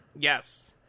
yes